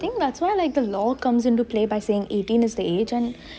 I think that's why the law comes into play saying eighteen is the age